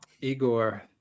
Igor